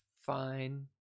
fine